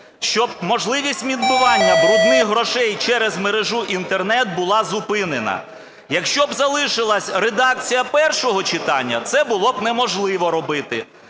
щоб можливість відмивання брудних грошей через мережу Інтернет була зупинена. Якщо б залишилась редакція першого читання, це було б неможливо робити.